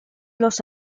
los